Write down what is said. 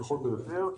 פחות או יותר.